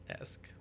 Esque